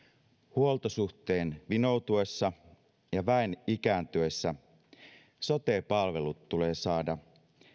huoltosuhteen vinoutuessa ja väen ikääntyessä sote palvelut tulee saada